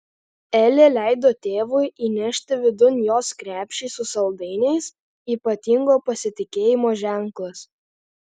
elė leido tėvui įnešti vidun jos krepšį su saldainiais ypatingo pasitikėjimo ženklas